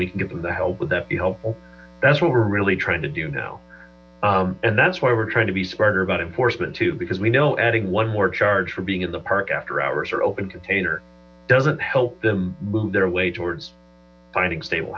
we can give them the help would that be helpful that's what we're really trying to do now and that's why we're trying to be smarter about enforcement too because we know adding one more charge for being in the park after hours are open container doesn't help them move their way towards finding stable